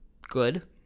good